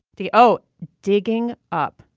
the oh, digging up,